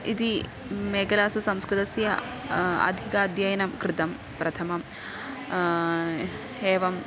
इति मेकलासु संस्कृतस्य अधिकाध्ययनं कृतं प्रथमम् एवम्